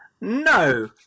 No